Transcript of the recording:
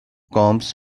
combs